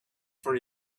for